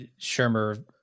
Shermer